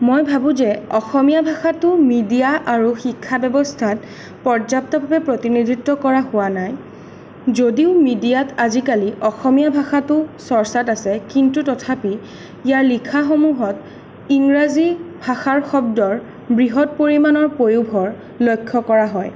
মই ভাবোঁ যে অসমীয়া ভাষাটো মিডিয়া আৰু শিক্ষা ব্যৱস্থাত পৰ্যাপ্তভাৱে প্ৰতিনিধিত্ব কৰা হোৱা নাই যদিও মিডিয়াত আজিকালি অসমীয়া ভাষাটো চৰ্চাত আছে কিন্তু তথাপি ইয়াৰ লিখাসমূহত ইংৰাজী ভাষাৰ শব্দৰ বৃহৎ পৰিমাণৰ পয়োভৰ লক্ষ্য কৰা হয়